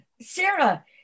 Sarah